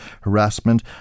harassment